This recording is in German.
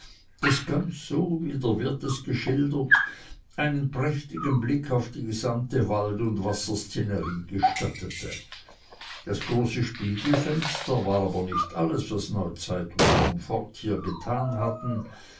das ganz so wie der wirt es geschildert einen prächtigen blick auf die gesamte wald und wasserszenerie gestattete das große spiegelfenster war aber nicht alles was neuzeit und komfort hier getan hatten